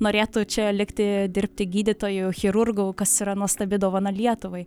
norėtų čia likti dirbti gydytoju chirurgu kas yra nuostabi dovana lietuvai